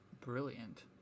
brilliant